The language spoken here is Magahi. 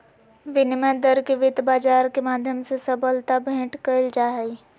विनिमय दर के वित्त बाजार के माध्यम से सबलता भेंट कइल जाहई